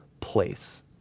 place